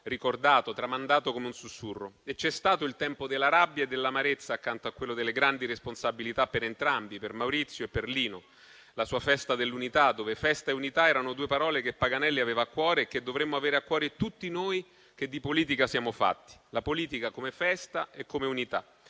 ricordato e tramandato come un sussurro. C'è stato il tempo della rabbia e dell'amarezza accanto a quello delle grandi responsabilità per entrambi, per Maurizio e per Lino. La sua Festa dell'Unità, dove festa e unità erano due parole che Paganelli aveva cuore e che dovremmo avere a cuore tutti noi che di politica siamo fatti. La politica come festa e come unità.